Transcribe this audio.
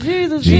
Jesus